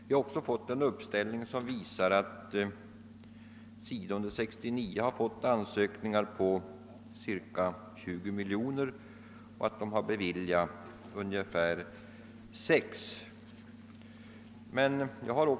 Vi har också fått en uppställning som visar att SIDA under 1969 mottog ansökningar på cirka 20 miljoner men bara beviljade ungefär 6 miljoner kronor.